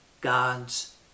god's